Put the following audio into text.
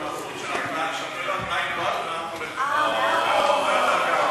מהבורות שלך שאת לא יודעת מאין באת ולאן את הולכת.